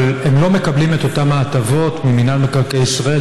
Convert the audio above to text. אבל הם לא מקבלים אותן הטבות ממינהל מקרקעי ישראל,